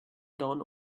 down